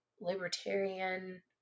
libertarian